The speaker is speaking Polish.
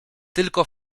tylko